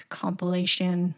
compilation